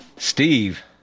Steve